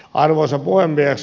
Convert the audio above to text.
arvoisa puhemies